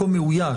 מקום מאויש,